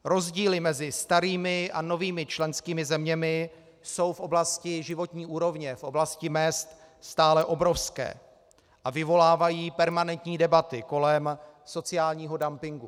Rozdíly mezi starými a novými členskými zeměmi jsou v oblasti životní úrovně, v oblasti mezd stále obrovské a vyvolávají permanentní debaty kolem sociálního dumpingu.